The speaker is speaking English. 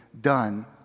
done